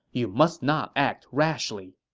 you must not act rashly!